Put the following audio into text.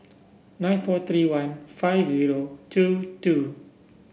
nine four three one five zero two two